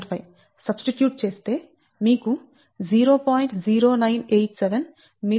5 substitute చేస్తే మీకు 0